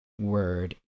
word